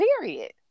Period